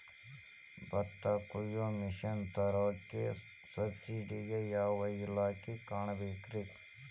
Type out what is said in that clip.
ಭತ್ತ ಕೊಯ್ಯ ಮಿಷನ್ ತರಾಕ ಸಬ್ಸಿಡಿಗೆ ಯಾವ ಇಲಾಖೆ ಕಾಣಬೇಕ್ರೇ?